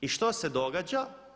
I što se događa?